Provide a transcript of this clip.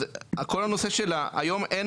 אז כל הנושא של השמאויות,